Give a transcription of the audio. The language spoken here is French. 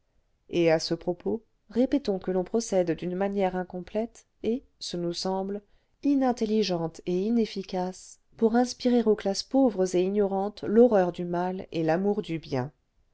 et à ce propos répétons que l'on procède d'une manière incomplète et ce nous semble inintelligente et inefficace pour inspirer aux classes pauvres et ignorantes l'horreur du mal et l'amour du bien